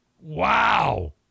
Wow